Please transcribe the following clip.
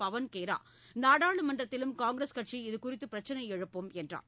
பவன் கேரா நாடாளுமன்றத்திலும் காங்கிரஸ் கட்சி இதுகுறித்து பிரச்னை எழுப்பும் என்றார்